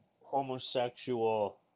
homosexual